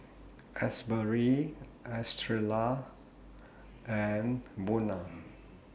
Asbury Estrella and Buna